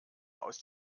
aus